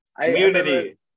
community